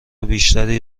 بیشتری